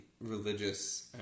religious